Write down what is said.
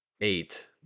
Eight